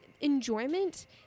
enjoyment